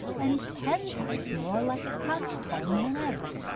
and ten times more like a coxcomb, than ever.